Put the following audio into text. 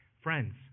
friends